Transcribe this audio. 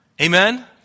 Amen